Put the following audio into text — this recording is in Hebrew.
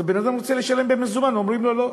ואז בן-אדם רוצה לשלם במזומן, אומרים לו: לא.